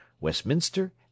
Westminster